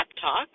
talk